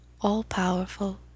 all-powerful